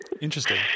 interesting